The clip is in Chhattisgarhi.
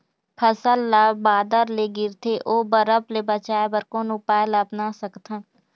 फसल ला बादर ले गिरथे ओ बरफ ले बचाए बर कोन उपाय ला अपना सकथन?